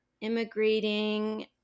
immigrating